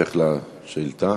המשך לשאילתה.